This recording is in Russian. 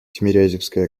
тимирязевская